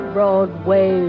Broadway